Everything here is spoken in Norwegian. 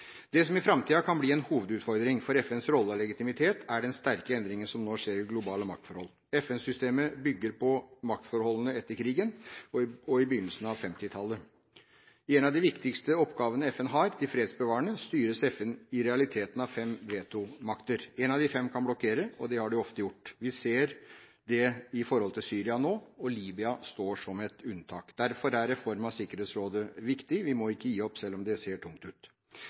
Det som i framtiden kan bli en hovedutfordring for FNs rolle og legitimitet, er den sterke endringen som nå skjer i de globale maktforhold. FN-systemet bygger på maktforholdene etter krigen og i begynnelsen av 1950-tallet. Når det gjelder en av de viktigste oppgavene FN har, den fredsbevarende, styres FN i realiteten av fem vetomakter. En av de fem kan blokkere, og det har de ofte gjort. Vi ser det når det gjelder Syria nå. Libya står som et unntak. Derfor er en reform av Sikkerhetsrådet viktig. Vi må ikke gi opp, selv om det ser tungt ut.